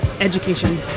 education